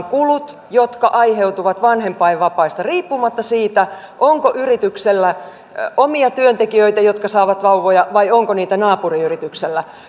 kulut jotka aiheutuvat vanhempainvapaista maksetaan riippumatta siitä onko yrityksellä omia työntekijöitä jotka saavat vauvoja vai onko niitä naapuriyrityksellä